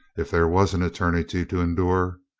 if there was an eternity to endure.